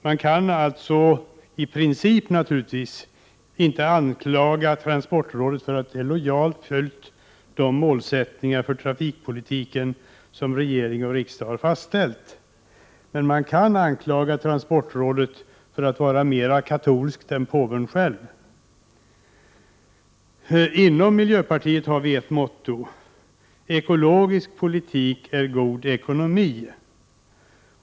Man kan ju i princip inte anklaga transportrådet för att det lojalt följt de målsättningar för trafikpolitiken som regering och riksdag har fastställt. Man kan däremot anklaga transportrådet för att vara mera katolskt än påven själv. Inom miljöpartiet har vi ett motto: ekologisk politik är god ekonomi.